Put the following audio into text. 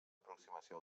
aproximació